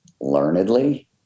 learnedly